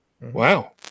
Wow